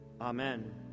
Amen